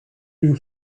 you